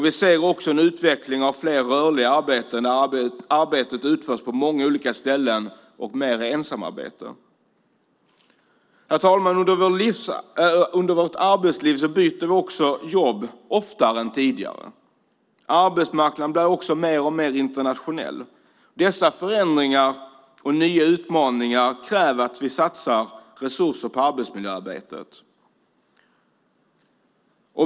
Vi ser också en utveckling av fler rörliga arbeten där arbetet utförs på många olika ställen och mer ensamarbete. Herr talman! Under vårt arbetsliv byter vi jobb oftare än tidigare. Arbetsmarknaden blir också alltmer internationell. Dessa förändringar och nya utmaningar kräver att vi satsar resurser på arbetsmiljöarbetet.